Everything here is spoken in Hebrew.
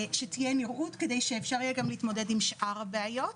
שתהיה נראות כדי שאפשר יהיה גם להתמודד עם שאר הבעיות.